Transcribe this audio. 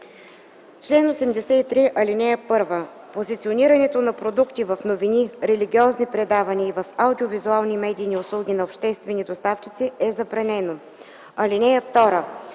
„Чл. 83. (1) Позиционирането на продукти в новини, религиозни предавания и в аудиовизуални медийни услуги на обществени доставчици е забранено. (2)